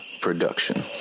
production